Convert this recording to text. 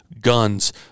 guns